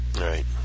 Right